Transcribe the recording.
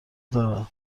دارن